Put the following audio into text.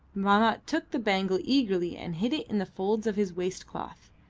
mahmat took the bangle eagerly and hid it in the folds of his waist-cloth.